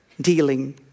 dealing